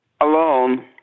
alone